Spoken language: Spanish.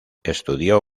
estudió